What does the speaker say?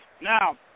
Now